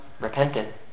repented